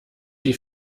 die